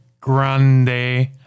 Grande